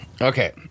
Okay